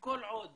וכל עוד